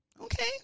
Okay